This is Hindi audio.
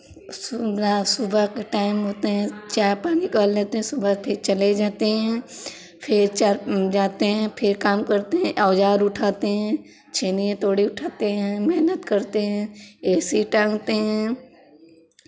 सुबह रा सुबह के टाइम होते हैं चाय पानी करवा लेते हैं फिर चले जाते हैं फिर चार जाते हैं फिर काम करते हैं औजार उठाते हैं छैनी हथौड़ी उठाते हैं मेहनत करते हैं ए सी टांगते हैं